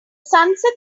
sunset